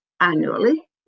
annually